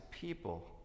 people